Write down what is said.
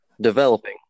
Developing